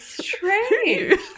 Strange